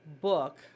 book